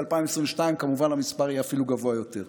ב-2022, כמובן, המספר יהיה אפילו גבוה יותר.